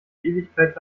ewigkeit